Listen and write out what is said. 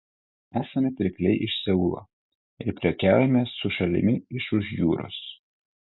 esame pirkliai iš seulo ir prekiaujame su šalimi iš už jūros